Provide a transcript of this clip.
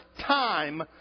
time